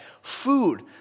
food